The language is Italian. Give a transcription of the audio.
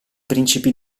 principi